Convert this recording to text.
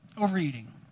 Overeating